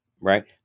right